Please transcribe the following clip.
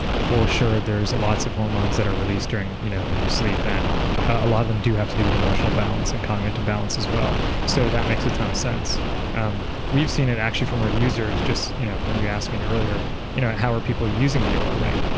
for sure, there's lots of hormones that are released you know when you sleep, and a lot of them do have to do with emotional balance and cognitive balance as well. so, that makes a ton of sense um we've seen it actually from our users. you know when you asked me earlier you know how are people using the oura ring?